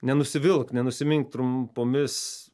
nenusivilk nenusimink trumpomis